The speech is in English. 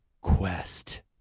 quest